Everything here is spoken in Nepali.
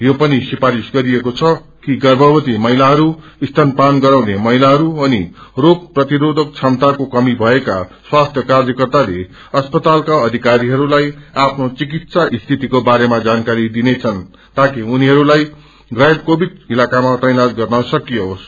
यो पनि सिफ्रारिश्च गरिएको छकि गर्भवती महिलाहरू स्तनपान गराउने महिलाहरू अनिरोग प्रतिरोधक क्षमताको कमी भएका स्वास्थि कार्यकर्ताले अस्पतालका अविकरीहरूलाई आफ्नो चिकित्सा स्थितिको बारेमा जानाकरी दिनेछ् ताकि उनीहरूलाई गैर कोविड इलाकामा तैनात गरियोंस